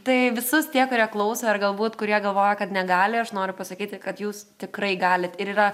tai visus tie kurie klauso ir galbūt kurie galvoja kad negali aš noriu pasakyti kad jūs tikrai galite ir yra